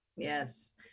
Yes